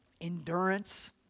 Endurance